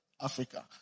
Africa